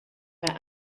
bei